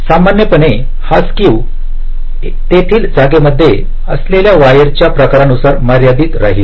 तर सामान्यपणे हा स्केव तेथील जागेमध्ये असलेल्या वायरच्या प्रकारानुसार मर्यादित राहील